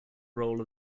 role